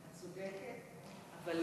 את צודקת, אבל